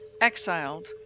exiled